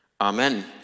Amen